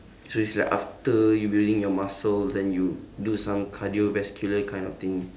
so it's like after you building your muscles then you do some cardiovascular kind of thing